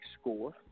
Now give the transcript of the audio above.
score